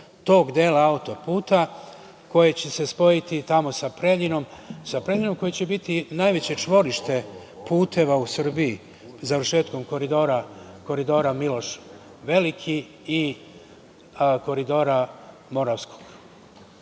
tog dela autoputa koji će se spojiti tamo sa Preljinom koja će biti najveće čvorište puteva u Srbiji završetkom Koridora „Miloš Veliki“ i „Moravskog